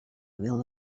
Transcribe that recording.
will